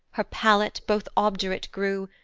her palate both obdurate grew,